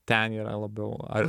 ten yra labiau ar